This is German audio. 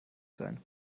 sein